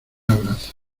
abrazo